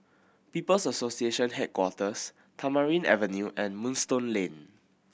People's Association Headquarters Tamarind Avenue and Moonstone Lane